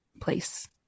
place